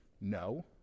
No